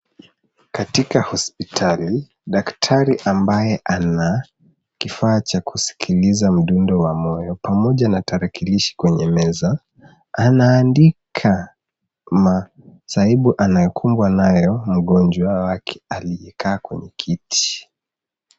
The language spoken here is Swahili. Kaika hospitali daktari ambaye ana kifaa cha kuskiliza mdundo wa moyo pamoja na tarakilishi kwenye meza anaandika masaibu anayokumbwa nayo mgonjwa wake aliyekaa kwenye kiti.